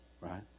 Right